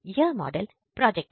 यह model project है